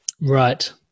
Right